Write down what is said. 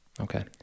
Okay